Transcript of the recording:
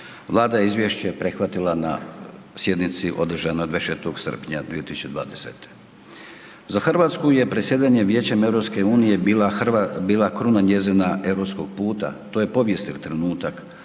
Vlada je izvješće prihvatila na sjednici održanoj 24.7.2020. Za Hrvatsku je predsjedanje Vijećem EU bila kruna njezina europskog puta. To je povijesni trenutak